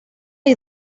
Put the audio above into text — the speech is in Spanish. hay